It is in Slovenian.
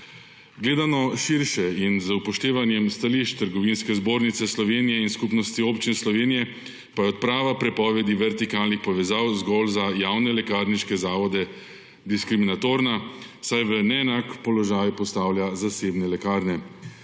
Gledano širše in z upoštevanjem stališč Trgovinske zbornice Slovenije in Skupnostji občin Slovenije pa je odprava prepovedi vertikalnih povezav zgolj za javne lekarniške zavode diskriminatorna, saj v neenak položaj postavlja zasebne lekarne.